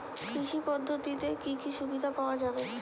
কৃষি পদ্ধতিতে কি কি সুবিধা পাওয়া যাবে?